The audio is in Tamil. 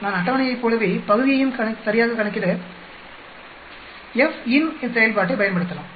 நான் அட்டவணையைப் போலவே பகுதியையும் சரியாகக் கணக்கிட FINV செயல்பாட்டைப் பயன்படுத்தலாம்